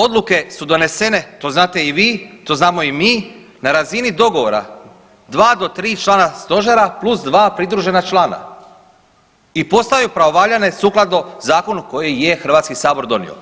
Odluke su donesene, to znate i vi, to znamo i mi, na razini dogovora 2 do 3 člana stožera plus 2 pridružena člana i postaju pravovaljane sukladno zakonu koji je HS donio,